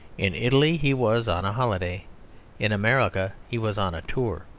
in italy he was on a holiday in america he was on a tour.